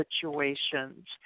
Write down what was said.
situations